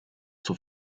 zur